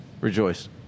Rejoice